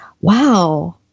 wow